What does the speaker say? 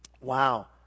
Wow